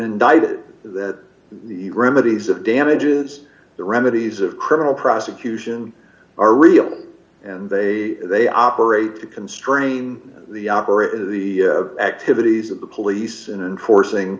indicted that remedies of damages the remedies of criminal prosecution are real and they they operate to constrain the operator the activities of the police and forcing